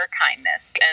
kindness